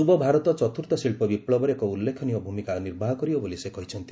ଯୁବଭାରତ ଚତ୍ରର୍ଥ ଶିଳ୍ପ ବିପୁବରେ ଏକ ଉଲ୍ଲେଖନୀୟ ଭୂମିକା ନିର୍ବାହ କରିବ ବୋଲି ସେ କହିଛନ୍ତି